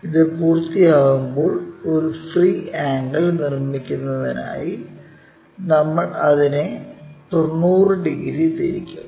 ഇത് പൂർത്തിയാകുമ്പോൾ ഒരു ഫ്രീ ആംഗിൾ നിർമ്മിക്കുന്നതിനായി നമ്മൾ അതിനെ 90 ഡിഗ്രി തിരിക്കും